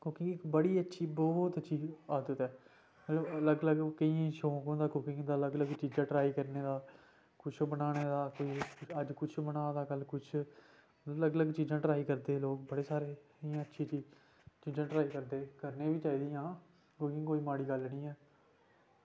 बड़ी अच्छी इक्क बहुत अच्छी बहुत अच्छी आदत ऐ ते अलग अलग शौक होंदा कुसै गी अलग अलग चीज़ां ट्राई करने दा कुछ बनाने दा कोई अज्ज कुछ बना दा कल्ल कुछ ओह्बी अलग अलग ट्राई करदे लोग बड़े सारे इन्नी अच्छी चीज़ चीज़ां ट्राई करदे करनियां बी चाही दियां एह्दे कोई माड़ी गल्ल निं ऐ